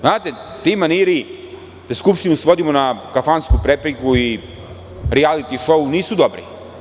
Znate, ti maniri da Skupštinu svodimo na kafansku prepirku i rijaliti šou nisu dobri.